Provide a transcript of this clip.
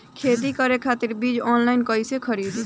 खेती करे खातिर बीज ऑनलाइन कइसे खरीदी?